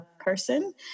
person